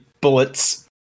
bullets